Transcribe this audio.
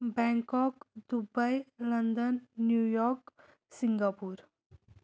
Bangkok Dubai London New York Singapore